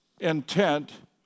intent